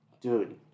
dude